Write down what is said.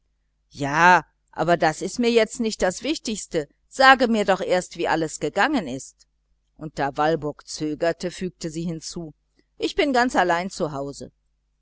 ja aber das ist mir jetzt nicht das wichtigste sage mir doch erst wie alles gegangen ist und da walburg zögerte fügte sie hinzu ich bin ganz allein